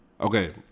Okay